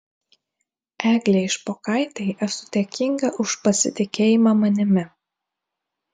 eglei špokaitei esu dėkinga už pasitikėjimą manimi